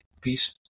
Peace